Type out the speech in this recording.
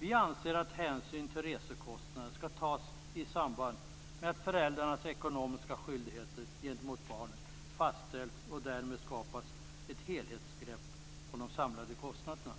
Vi anser att hänsyn till resekostnader skall tas i samband med att föräldrarnas ekonomiska skyldigheter gentemot barnet fastställts. Därmed tas ett helhetsgrepp om de samlade kostnaderna.